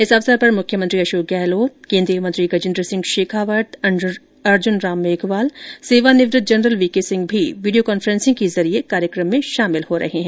इस अवसर पर मुख्यमंत्री अशोक गहलोत केन्द्रीय मंत्री गजेन्द्र सिंह शेखावत अर्जुनराम मेघवाल सेवानिवृत्त जनरल वीके सिंह भी वीडियो कॉन्फ्रेंसिंग के जरिये कार्यकम में शामिल हो रहे हैं